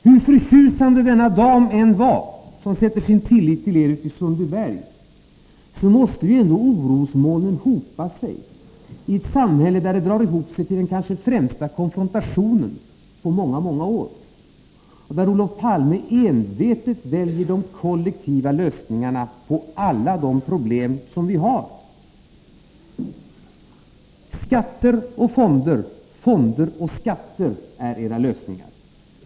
Hur förtjusande denna dam från Sundbyberg än var som sätter sin tillit till er, så måste ändå orosmolnen hopa sig i ett samhälle där det drar ihop sig till den kanske främsta konfrontationen på många år och där Olof Palme envetet väljer kollektiva lösningar på alla problem. Skatter och fonder, fonder och skatter är era lösningar.